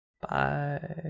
Bye